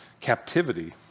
captivity